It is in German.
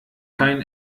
kein